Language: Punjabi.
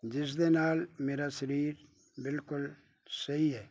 ਜਿਸ ਦੇ ਨਾਲ ਮੇਰਾ ਸਰੀਰ ਬਿਲਕੁਲ ਸਹੀ ਹੈ